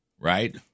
right